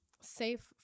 safe